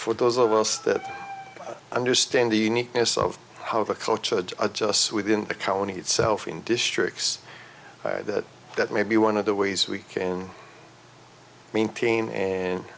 for those of us that understand the uniqueness of how the culture adjusts within the colony itself in districts that that may be one of the ways we can maintain